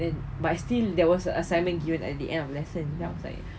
then but I still there was assignment given at the end of your lesson then I was like